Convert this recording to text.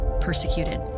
persecuted